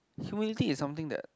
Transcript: humility is something that